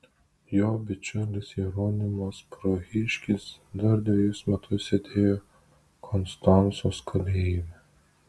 jo bičiulis jeronimas prahiškis dar dvejus metus sėdėjo konstancos kalėjime